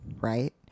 right